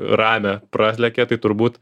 ramią pralekia tai turbūt